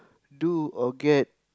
do or get